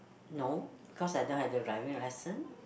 no because I don't have the driving lesson